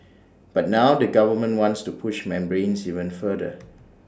but now the government wants to push membranes even further